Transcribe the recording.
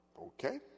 Okay